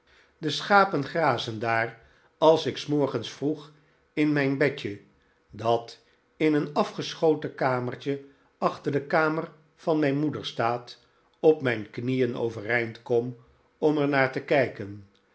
de schapen grazen daar als ik s morgens vroeg in mijn bedje dat in een afgeschoten kamertje achter de kamer van mijn moeder staat op mijn knieen overeind kom om er naar te kijken